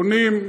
עונים,